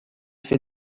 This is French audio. fait